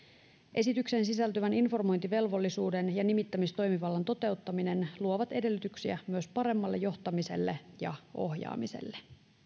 esitykseen sisältyvän informointivelvollisuuden ja nimittämistoimivallan toteuttaminen luovat edellytyksiä myös paremmalle johtamiselle ja ohjaamiselle